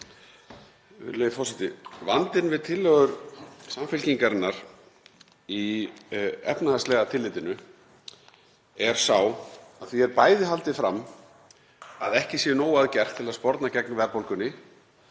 Virðulegi forseti. Vandinn við tillögur Samfylkingarinnar í efnahagslegu tilliti er sá að því er haldið fram að ekki sé nóg að gert til að sporna gegn verðbólgunni,